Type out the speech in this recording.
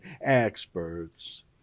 experts